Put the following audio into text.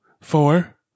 four